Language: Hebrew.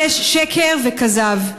שקר וכזב.